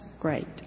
great